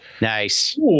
Nice